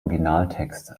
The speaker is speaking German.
originaltext